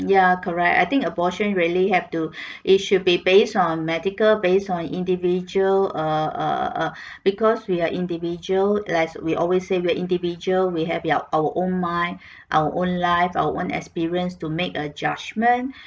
ya correct I think abortion really have to it should be based on medical based on individual err err err because we are individual like we always say we are individual we have our own mind our own lives our own experience to make a judgment